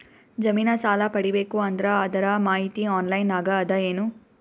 ಜಮಿನ ಸಾಲಾ ಪಡಿಬೇಕು ಅಂದ್ರ ಅದರ ಮಾಹಿತಿ ಆನ್ಲೈನ್ ನಾಗ ಅದ ಏನು?